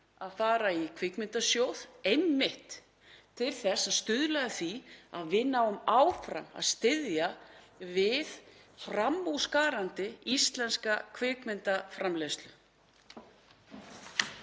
að fara í Kvikmyndasjóð, einmitt til þess að stuðla að því að við náum áfram að styðja við framúrskarandi íslenska kvikmyndaframleiðslu.